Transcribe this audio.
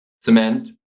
cement